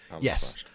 yes